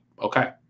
okay